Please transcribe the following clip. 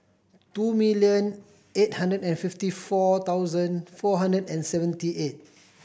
two million eight hundred and fifty four thousand four hundred and seventy eight